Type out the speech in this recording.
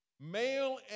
male